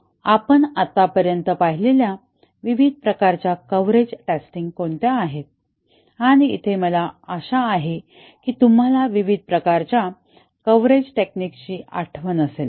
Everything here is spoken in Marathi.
आपण आतापर्यंत पाहिलेल्या विविध प्रकारच्या कव्हरेज टेस्टिंग कोणत्या आहेत आणि इथे मला आशा आहे की तुम्हाला विविध प्रकारच्या कव्हरेज टेक्निक्सची आठवण असेल